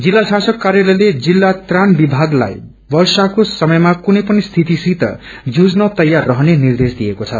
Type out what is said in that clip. जिल्लाशासक कार्यासयले जिल्ला त्राण विभाग्लाई वर्षाको समयमा कुनै पनि स्थिति सित निपटान गर्न र्तयार रहने निर्देशदिएको छ